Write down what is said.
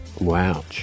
Wow